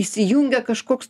įsijungia kažkoks